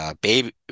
baby